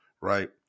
right